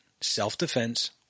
self-defense